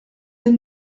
elle